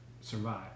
survive